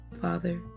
Father